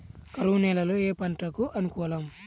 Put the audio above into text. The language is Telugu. కరువు నేలలో ఏ పంటకు అనుకూలం?